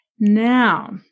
Now